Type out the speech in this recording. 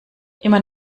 immer